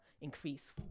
increase